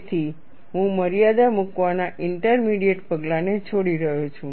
તેથી હું મર્યાદા મૂકવાના ઇન્ટરમીડિયેટ પગલાને છોડી રહ્યો છું